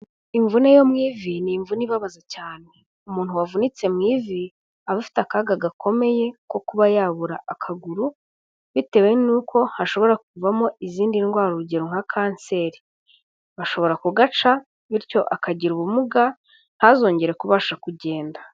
Imvune yo mu ivi ni imvune ibabaza cyane, umuntu wavunitse mu ivi aba afite akaga gakomeye ko kuba yabura akaguru, bitewe nuko hashobora kuvamo izindi ndwara urugero nka kanseri. Bashobora kugaca, bityo akagira ubumuga ntazongere kubasha kugenda.